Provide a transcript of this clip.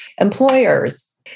Employers